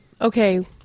okay